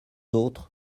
autres